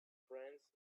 friends